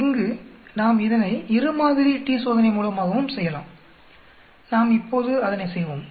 இங்கு நாம் இதனை இரு மாதிரி t சோதனை மூலமாகவும் செய்யலாம் நாம் இப்போது அதனை செய்வோம்